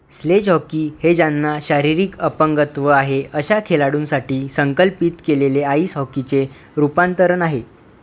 slay hockey हे ज्यांना शारीरिक अपंगत्व आहे अशा खेळाडूंसाठी संकल्पित केलेले आईस हॉकीचे रूपांतरण आहे